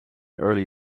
early